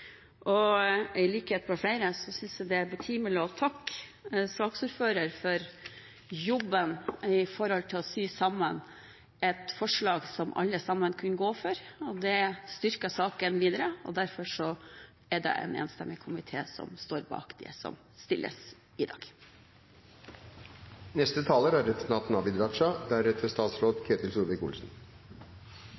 komité. I likhet med flere syns jeg det er betimelig å takke saksordføreren for jobben med å sy sammen et forslag som alle kunne gå for. Det styrker saken videre. Derfor er det en enstemmig komité som står bak det som fremmes i dag.